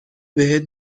بهت